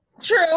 True